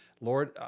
Lord